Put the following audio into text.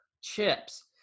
chips